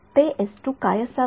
ते काय असावे